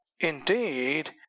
Indeed